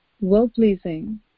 well-pleasing